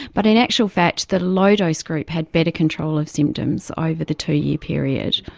but in actual fact the low dose group had better control of symptoms over the two-year period.